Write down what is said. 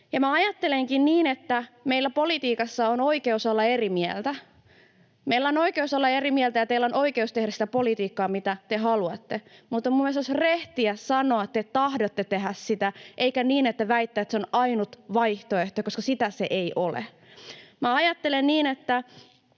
ajattelenkin niin, että meillä politiikassa on oikeus olla eri mieltä. Meillä on oikeus olla eri mieltä, ja teillä on oikeus tehdä sitä politiikkaa, mitä te haluatte, mutta minun mielestäni olisi rehtiä sanoa, että te tahdotte tehdä sitä, eikä väittää, että se on ainut vaihtoehto, koska sitä se ei ole. Minä ajattelen niin, että